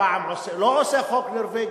פעם לא עושה חוק נורבגי.